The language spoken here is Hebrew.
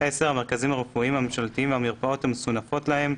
(10)המרכזים הרפואיים הממשלתיים והמרפאות המסונפות להם,